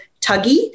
tuggy